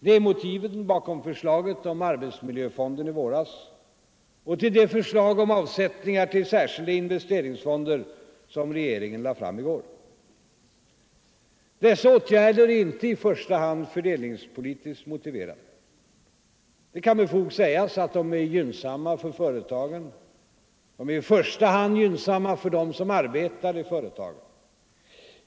Det är motiven bakom förslaget om arbetsmiljöfonden i våras och till det förslag om avsättningar till särskilda investeringsfonder som regeringen lade fram i går. Dessa åtgärder är inte i första hand fördelningspolitiskt motiverade. Det kan med fog sägas att de är gynnsamma för företagen. Men de är i första hand gynnsamma för dem som arbetar i företagen.